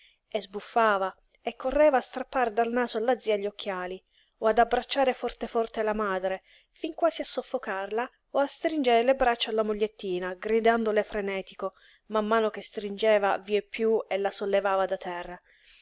e sbuffava e correva a strappar dal naso alla zia gli occhiali o ad abbracciare forte forte la madre fin quasi a soffocarla o a stringere le braccia alla mogliettina gridandole frenetico man mano che stringeva vieppiú e la sollevava da terra